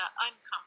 uncomfortable